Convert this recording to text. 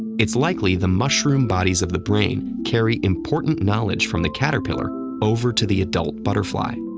it's likely the mushroom bodies of the brain carry important knowledge from the caterpillar over to the adult butterfly.